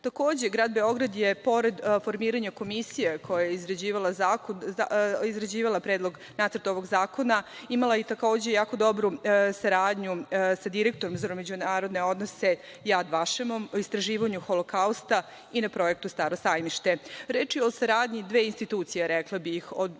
grad Beograd je pored formiranja komisije koja je izrađivala nacrt ovog zakona imala i takođe jako dobru saradnju sa direktorom za međunarodne odnose, Jad Vašemom, u istraživanju Holokausta i na projektu Staro sajmište. Reč je o saradnji dve institucije, rekla bih, od